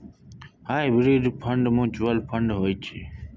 hybrid fund mutual fund होइ छै